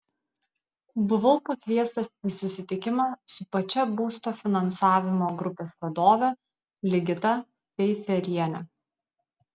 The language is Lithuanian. buvau pakviestas į susitikimą su pačia būsto finansavimo grupės vadove ligita feiferiene